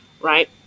right